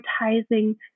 advertising